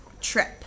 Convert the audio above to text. trip